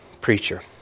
preacher